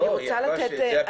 לא, היא אמרה שזה הפילוח.